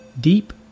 deep